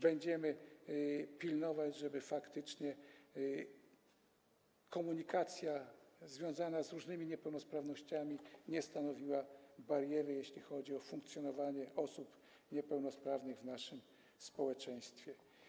Będziemy pilnować, żeby faktycznie komunikacja w związku z różnymi niepełnosprawnościami nie stanowiła bariery, jeśli chodzi o funkcjonowanie osób niepełnosprawnych w naszym społeczeństwie.